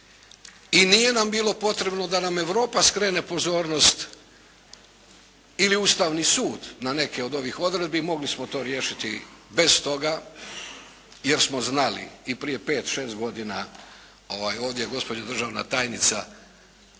i nije nam bilo potrebno da nam Europa skrene pozornost ili Ustavni sud na neke od ovih odredbi, mogli smo to riješiti bez toga, jer smo znali i prije pet, šest godina, ovdje je gospođa državna tajnica